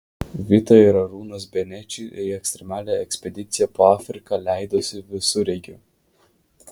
vita ir arūnas benečiai į ekstremalią ekspediciją po afriką leidosi visureigiu